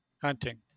hunting